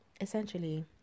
essentially